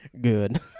Good